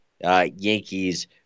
Yankees